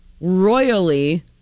royally